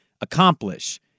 accomplish